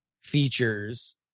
features